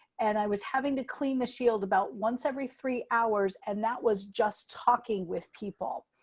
and i was having to clean the shield about once every three hours, and that was just talking with people.